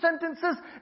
sentences